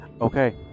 Okay